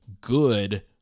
good